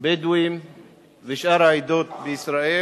בדואים ומשאר העדות בישראל,